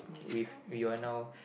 with you are now